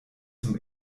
zum